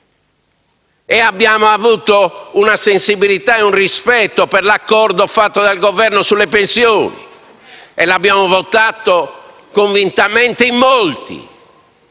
Abbiamo avuto sensibilità e rispetto per l'accordo fatto dal Governo sulle pensioni, votandolo convintamente in molti.